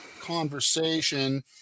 conversation